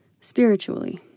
spiritually